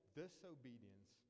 disobedience